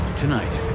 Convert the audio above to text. tonight.